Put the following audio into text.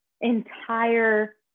entire